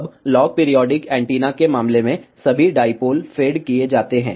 अब log periodic antenna के मामले में सभी डाईपोल फेड किए जाते हैं